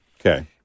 Okay